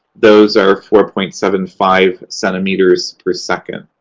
those are four point seven five centimeters per second.